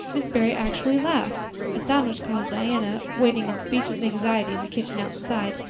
miss barry actually laughed a sound which caused diana, waiting in speechless anxiety in the kitchen outside,